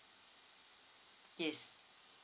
yes